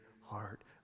heart